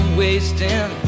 wasting